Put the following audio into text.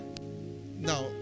now